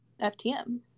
FTM